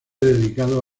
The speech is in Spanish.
dedicado